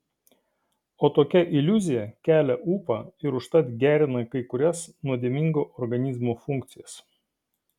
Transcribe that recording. o tokia iliuzija kelia ūpą ir užtat gerina kai kurias nuodėmingo organizmo funkcijas